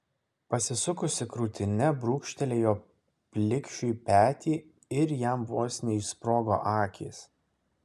pasisukusi krūtine brūkštelėjo plikšiui petį ir jam vos neišsprogo akys